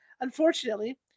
Unfortunately